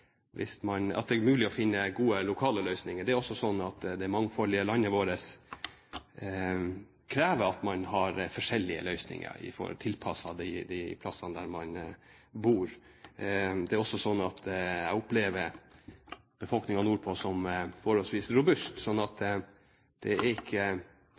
det er mulig å finne gode lokale løsninger. Det mangfoldige landet vårt krever at man har forskjellige løsninger, tilpasset de plassene der folk bor. Jeg opplever befolkningen nordpå for å være forholdsvis robust, så det er ikke skjørhet som gjør at dette kommer opp. Dette er en sak som ble håndtert veldig dårlig. Da er